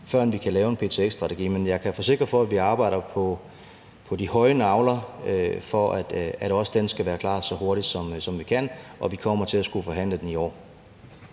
førend vi kan lave en ptx-strategi. Men jeg kan forsikre for, at vi arbejder på de høje nagler, for at også den skal være klar så hurtigt, som vi kan, og vi kommer til at skulle forhandle den i år.